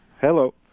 Hello